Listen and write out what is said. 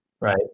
Right